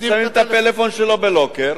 שמים את הפלאפון בלוקר,